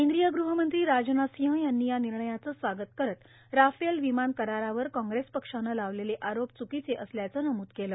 कद्रीय गृहमंत्री राजनाथ र् ासंह यांनी या र् ानणयाचं स्वागत करत राफेल र्विमान करारावर कॉग्रेस पक्षानं लावलेले आरोप च्कांचे असल्याचं नमूद केलं